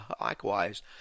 likewise